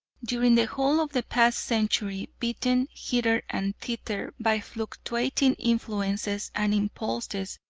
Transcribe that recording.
during the whole of the past century, beaten hither and thither by fluctuating influences and impulses,